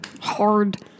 Hard